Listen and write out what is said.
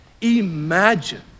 Imagine